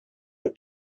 have